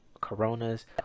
Corona's